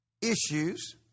issues